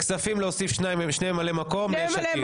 בכספים להוסיף שני ממלאי מקום ליש עתיד.